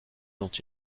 dont